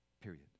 Period